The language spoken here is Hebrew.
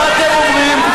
מה אתם אומרים?